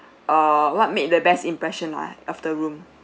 err what made the best impression lah of the room